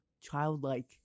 childlike